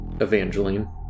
Evangeline